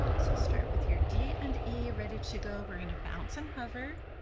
so start with your d and e ready to go. we're going to bounce and hover.